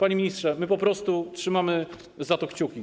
Panie ministrze, po prostu trzymamy za to kciuki.